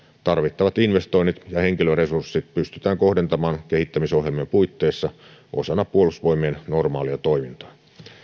tarvittavat investoinnit ja henkilöresurssit pystytään kohdentamaan kehittämisohjelmien puitteissa osana puolustusvoimien normaalia toimintaa